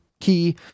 key